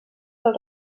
pel